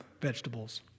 vegetables